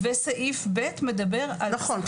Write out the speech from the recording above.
וסעיף ב' מדבר על --- נכון,